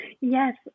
Yes